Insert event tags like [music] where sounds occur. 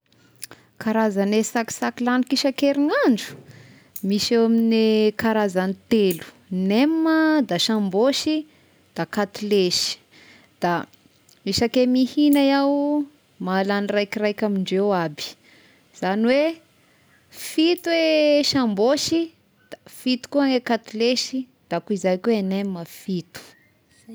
[noise] Karazagne sakisaky lagniko isan-kerignandro misy eo amin'ny karazagny telo: nem da sambôsy, da katilesy da isake mihigna iaho mahalagny irakiraiky amindreo aby, izany hoe fito e sambôsy, da fito koa i katilesy, da koa zay ko i nem ah fito, zay.